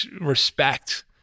respect